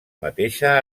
mateixa